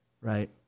right